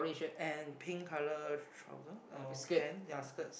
and pink colour trouser or pant ya skirts